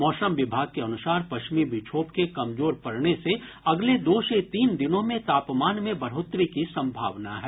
मौसम विभाग के अनुसार पश्चिमी विक्षोभ के कमजोर पड़ने से अगले दो से तीन दिनों में तापमान में बढ़ोतरी की सम्भावना है